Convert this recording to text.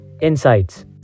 Insights